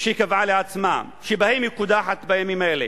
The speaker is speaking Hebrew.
שקבעה לעצמה, שבהם היא קודחת בימים האלה.